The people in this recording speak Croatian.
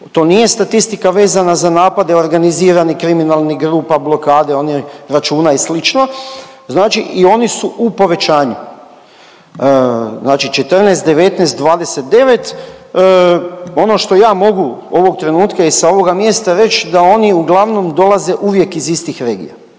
to nije statistika vezana za napade organiziranih kriminalnih grupa, blokade onih računa i sl., znači i one su u povećanju znači 14, 19, 29 ono što ja mogu ovog trenutka i sa ovoga mjesta reć da oni uglavnom dolaze uvijek iz istih regija.